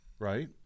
Right